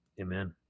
Amen